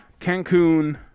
Cancun